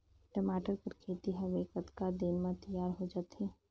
टमाटर कर खेती हवे कतका दिन म तियार हो जाथे?